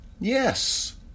Yes